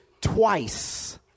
twice